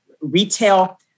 Retail